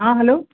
ಹಾಂ ಹಲೋ